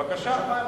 בבקשה.